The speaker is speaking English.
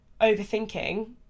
overthinking